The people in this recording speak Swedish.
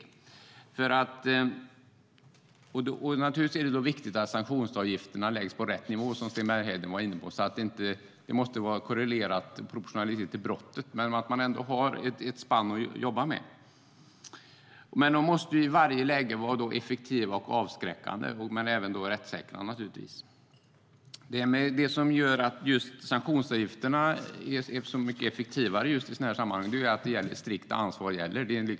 Det är också viktigt att det är rätt nivå på sanktionsavgifterna eftersom de då kan utformas bättre och läggas på en sådan nivå att de är effektiva. Det måste vara proportionerligt till brottet. Man måste ha ett spann att jobba med. Därför måste det i varje läge vara effektivt och avskräckande men naturligtvis också rättssäkert. Det som gör att just sanktionsavgifterna är så mycket effektivare i sådana sammanhang är att strikt ansvar gäller.